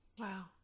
Wow